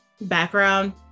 background